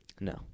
No